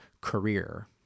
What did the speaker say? career